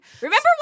remember